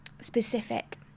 specific